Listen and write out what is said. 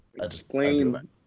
explain